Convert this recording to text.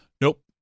Nope